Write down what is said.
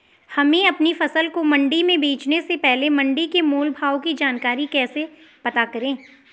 हमें अपनी फसल को मंडी में बेचने से पहले मंडी के मोल भाव की जानकारी कैसे पता करें?